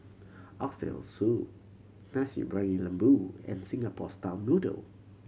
Oxtail Soup Nasi Briyani Lembu and Singapore style noodle